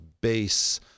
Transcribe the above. base